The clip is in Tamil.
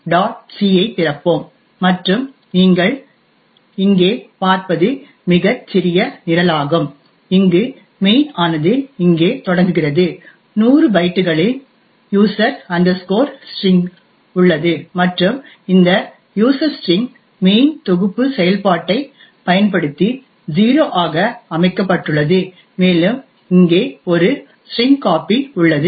c ஐ திறப்போம் மற்றும் நீங்கள் இங்கே பார்ப்பது மிகச் சிறிய நிரலாகும் இங்கு மெயின் ஆனது இங்கே தொடங்குகிறது 100 பைட்டுகளின் யூசர் ஸ்டிரிங் User String உள்ளது மற்றும் இந்த யூசர் ஸ்டிரிங் மெயின் தொகுப்பு செயல்பாட்டைப் பயன்படுத்தி 0 ஆக அமைக்கப்பட்டுள்ளது மேலும் இங்கே ஒரு strcpy உள்ளது